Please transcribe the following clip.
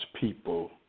people